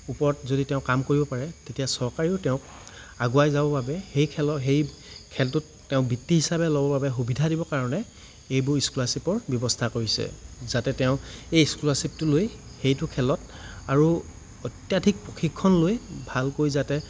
ওপৰত যদি তেওঁ কাম কৰিব পাৰে তেতিয়া চৰকাৰেও তেওঁক আগুৱাই যাবৰ বাবে সেই খেলৰ সেই খেলটোত তেওঁ বৃত্তি হিচাপে ল'বৰ বাবে সুবিধা দিবৰ কাৰণে এইবোৰ স্কলাৰশ্ৱিপৰ ব্যৱস্থা কৰিছে যাতে তেওঁ এই স্কলাৰশ্ৱিপটো লৈ সেইটো খেলত আৰু অত্যাধিক প্ৰশিক্ষণ লৈ ভালকৈ যাতে